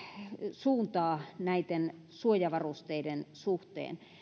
suuntaa näitten suojavarusteiden suhteen